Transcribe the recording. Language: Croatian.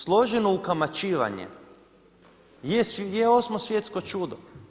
Složeno ukamaćivanje je osmo svjetsko čudo.